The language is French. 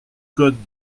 code